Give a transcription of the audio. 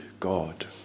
God